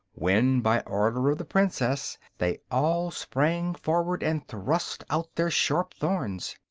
when by order of the princess they all sprang forward and thrust out their sharp thorns.